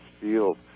field